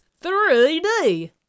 3d